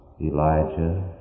Elijah